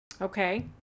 Okay